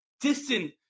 distant